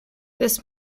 this